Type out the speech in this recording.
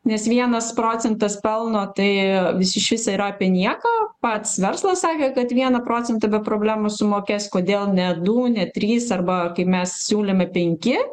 nes vienas procentas pelno tai jis iš viso yra apie nieką pats verslas sakė kad vieną procentą be problemų sumokės kodėl ne du ne tris arba kai mes siūlėme penki